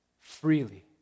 freely